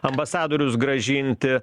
ambasadorius grąžinti